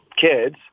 kids